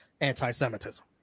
anti-Semitism